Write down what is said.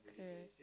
correct